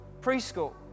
preschool